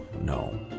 No